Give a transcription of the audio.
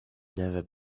never